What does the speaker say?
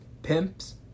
Pimps